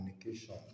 communication